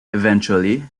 eventually